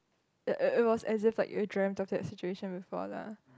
it it was as if like you dreamt total the situation before lah